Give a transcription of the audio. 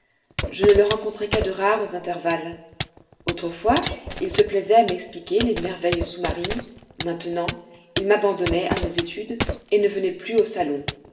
je ne le rencontrais qu'à de rares intervalles autrefois il se plaisait à m'expliquer les merveilles sous-marines maintenant il m'abandonnait à mes études et ne venait plus au salon